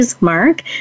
mark